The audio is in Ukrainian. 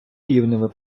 рівними